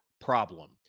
problem